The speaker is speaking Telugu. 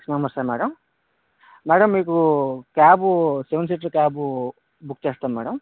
సిక్స్ మెంబర్స్ ఆ మేడం మేడం మీకు cab seven seater cab book చేస్తా మేడం